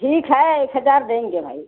ठीक है एक हजार देंगे भाई